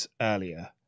earlier